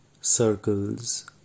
Circles